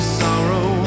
sorrow